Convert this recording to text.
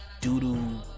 doo-doo